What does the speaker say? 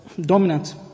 dominant